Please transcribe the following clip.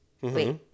Wait